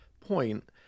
point